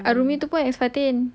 arumi tu pun ex fatin